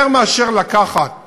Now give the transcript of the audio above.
יותר מאשר לקחת